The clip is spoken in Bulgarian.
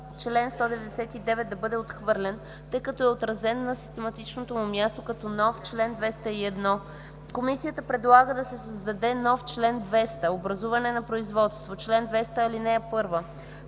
чл. 199 да бъде отхвърлен, тъй като е отразен на систематичното му място като нов чл. 201. Комисията предлага да се създаде нов чл. 200: „Образуване на производство Чл. 200. (1)